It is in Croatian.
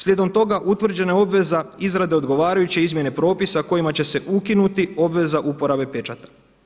Slijedom toga utvrđena je obveza izrade odgovarajuće izmjene propisa kojima će se ukinuti obveza uporabe pečata.